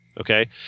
okay